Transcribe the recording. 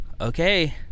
okay